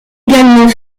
également